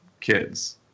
kids